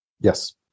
yes